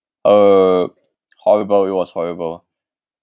uh horrible it was horrible